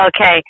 Okay